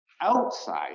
outside